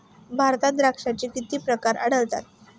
भारतात द्राक्षांचे किती प्रकार आढळतात?